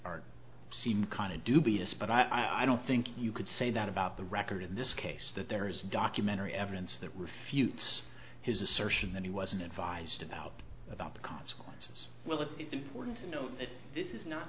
are seem kind of dubious but i don't think you could say that about the record in this case that there is documentary evidence that refutes his assertion that he wasn't advised about about the consequences well it is important to note that this is not